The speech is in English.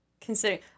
Considering